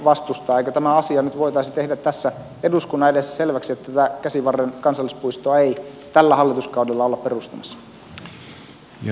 eikö tämä asia nyt voitaisi tehdä tässä eduskunnan edessä selväksi että tätä käsivarren kansallispuistoa ei tällä hallituskaudella olla perustamassa